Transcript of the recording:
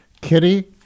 Kitty